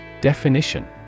Definition